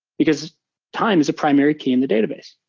because time is a primary key in the database.